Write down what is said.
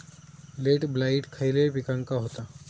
Late blight खयले पिकांका होता?